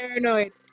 Paranoid